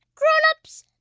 grownups,